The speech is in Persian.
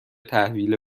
تحویل